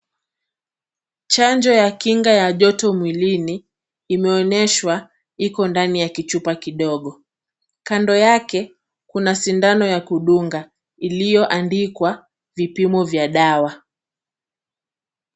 Chanjo ya kinga ya joto mwilini imeonyeshwa iko ndani ya kichupa kidogo. Kando yake kuna sindano ya kudunga iliyoandikwa vipimo vya dawa.